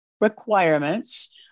requirements